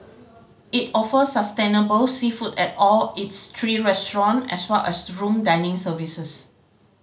it offers sustainable seafood at all its three restaurant as well as room dining services